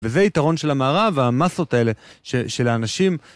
וזה יתרון של המערב והמסות האלה של האנשים.